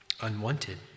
unwanted